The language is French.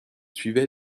suivait